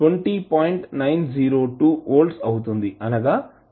902 volts అవుతుంది